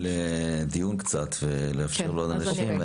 אני רוצה להתקדם לדיון קצת, ולאפשר לעוד אנשים.